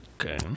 Okay